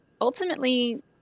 ultimately